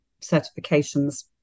certifications